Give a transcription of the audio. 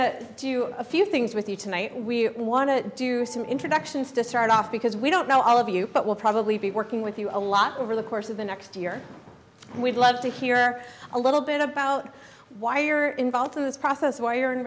do you a few things with you tonight we want to do some introductions to start off because we don't know all of you but we'll probably be working with you a lot over the course of the next year and we'd love to hear a little bit about why you're involved in this process w